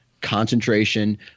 Concentration